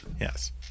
Yes